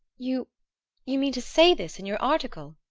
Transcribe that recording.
you you mean to say this in your article?